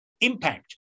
impact